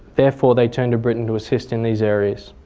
therefore, they turned to britain to assist in these areas.